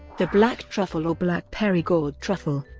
the black truffle or black perigord truffle,